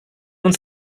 uns